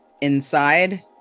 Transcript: inside